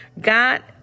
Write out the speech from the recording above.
God